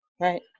right